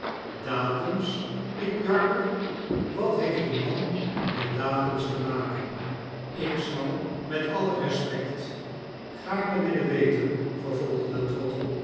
datums riep jarber wat heeft deman met datums te maken ik zou met alle respect gaarne willen weten vervolgde trottle